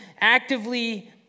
actively